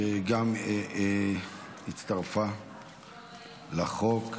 שגם הצטרפה לחוק.